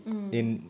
mm